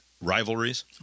rivalries